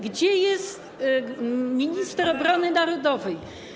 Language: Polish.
Gdzie jest minister obrony narodowej?